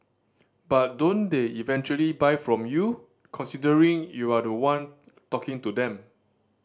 but don't they eventually buy from you considering you're the one talking to them